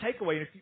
takeaway